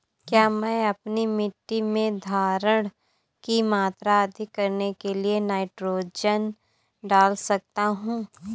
क्या मैं अपनी मिट्टी में धारण की मात्रा अधिक करने के लिए नाइट्रोजन डाल सकता हूँ?